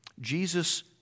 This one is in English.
Jesus